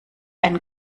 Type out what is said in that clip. einen